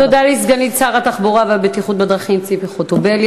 תודה לסגנית שר התחבורה והבטיחות בדרכים ציפי חוטובלי.